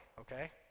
okay